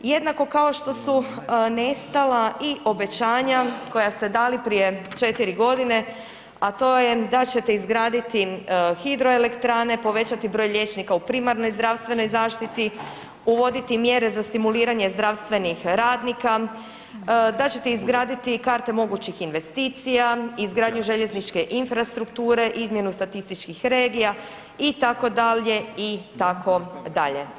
Jednako kao što su nestala i obećanja koja ste dali prije četiri godine, a to je da ćete izgraditi hidroelektrane, povećati broj liječnika u primarnoj zdravstvenoj zaštiti, uvoditi mjere za stimuliranje zdravstvenih radnika, da ćete izgraditi karte mogućih investicija, izgradnje željezničke infrastrukture, izmjenu statističkih regija itd., itd.